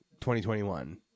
2021